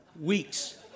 weeks